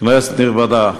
כנסת נכבדה,